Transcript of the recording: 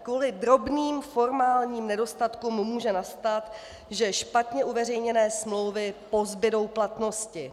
Kvůli drobným formálním nedostatkům může nastat, že špatně uveřejněné smlouvy pozbudou platnosti.